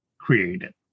created